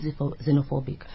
xenophobic